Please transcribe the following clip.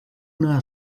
una